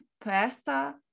pasta